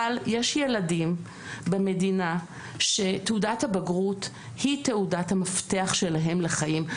אבל יש ילדים במדינה שתעודת הבגרות היא תעודת המפתח שלהם לחיים.